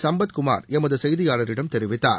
சம்பத்குமார் எமது செய்தியாளரிடம் தெரிவித்தார்